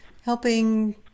helping